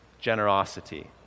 Generosity